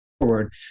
forward